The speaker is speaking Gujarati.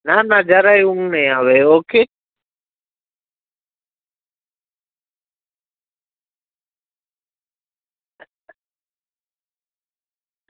ના ના જરાય એવું નહીં આવે ઓકે